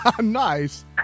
Nice